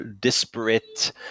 disparate